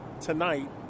tonight